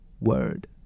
word